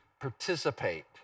participate